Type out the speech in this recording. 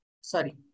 sorry